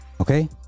okay